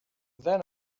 then